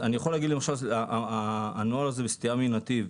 אני יכול לנגיד למשל שהנוהל לסטייה מנתיב,